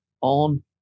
on